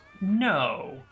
No